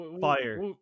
Fire